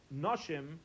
noshim